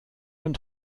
und